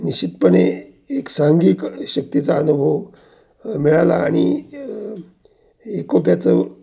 निश्चितपणे एक सांघिक शक्तीचा अनुभव मिळाला आणि एकोप्याचं